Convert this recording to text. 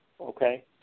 okay